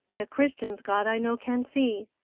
the christians' god i no can see.